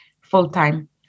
full-time